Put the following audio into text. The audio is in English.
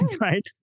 Right